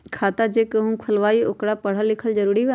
खाता जे केहु खुलवाई ओकरा परल लिखल जरूरी वा?